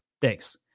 Thanks